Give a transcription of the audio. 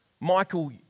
Michael